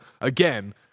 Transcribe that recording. again